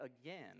again